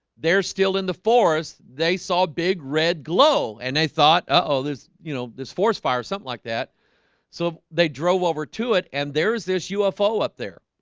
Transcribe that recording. they're still in the forest they saw big red glow and they thought oh, there's you know this forest fire or something like that so they drove over to it and there's this ufo up there.